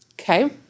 okay